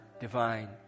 divine